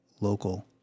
local